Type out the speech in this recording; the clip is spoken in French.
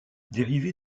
dérivée